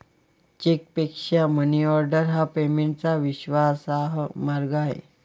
चेकपेक्षा मनीऑर्डर हा पेमेंटचा विश्वासार्ह मार्ग आहे